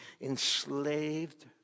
enslaved